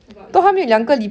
about uni life